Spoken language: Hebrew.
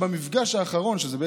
שבמפגש האחרון של הוועדה הבין-משרדית,